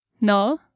No